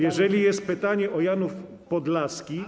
Jeżeli jest pytanie o Janów Podlaski.